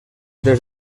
des